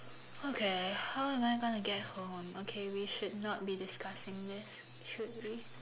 okay how I'm gonna get home okay we should not be discussing this should we